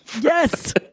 Yes